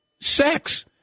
Sex